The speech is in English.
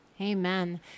Amen